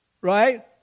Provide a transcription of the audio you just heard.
right